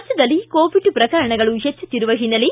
ರಾಜ್ಯದಲ್ಲಿ ಕೋವಿಡ್ ಪ್ರಕರಣಗಳು ಹೆಚ್ಚುಕ್ತಿರುವ ಹಿನ್ನೆಲೆ